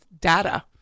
data